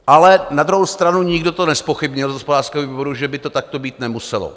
Ale na druhou stranu nikdo nezpochybnil z hospodářského výboru, že by to takto být nemuselo.